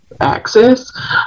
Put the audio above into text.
access